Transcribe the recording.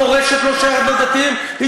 המורשת לא שייכת לדתיים, נכון.